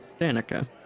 Danica